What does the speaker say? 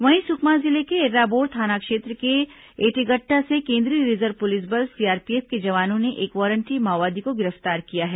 वहीं सुकमा जिले के एर्राबोर थाना क्षेत्र के एटेगट्टा से केन्द्रीय रिजर्व पुलिस बल सीआरपीएफ के जवानों ने एक वारंटी माओवादी को गिरफ्तार किया है